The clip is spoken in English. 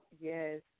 Yes